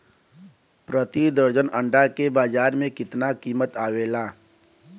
प्रति दर्जन अंडा के बाजार मे कितना कीमत आवेला?